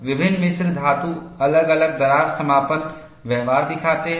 विभिन्न मिश्र धातु अलग अलग दरार समापन व्यवहार दिखाते हैं